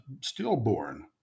stillborn